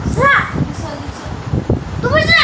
call লদি সমুদ্দুরেতে যে গুলাতে চ্যাপে মাছ ধ্যরা হ্যয়